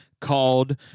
called